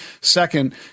Second